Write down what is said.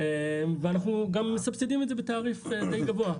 ואנחנו גם מסבסדים את זה בתעריף די גבוה.